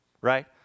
right